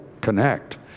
connect